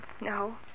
No